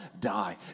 die